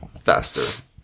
faster